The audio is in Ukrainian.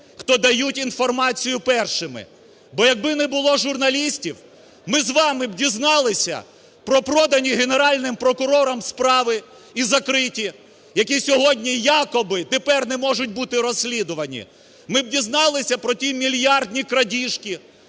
хто дають інформацію першими. Бо якби не було журналістів, ми з вами б дізналися про продані Генеральним прокурором справи і закриті, які сьогодні нібито тепер не можуть бути розслідувані? Ми б дізналися про ті мільярдні крадіжки?